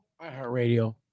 iHeartRadio